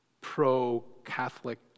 pro-Catholic